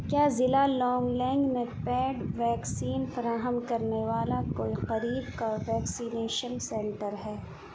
کیا ضلع لانگلینگ میں پیڈ ویکسین فراہم کرنے والا کوئی قریب کا ویکسینیشن سنٹر ہے